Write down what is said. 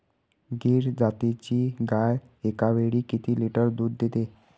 गीर जातीची गाय एकावेळी किती लिटर दूध देते?